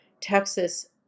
Texas